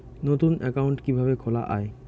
নতুন একাউন্ট কিভাবে খোলা য়ায়?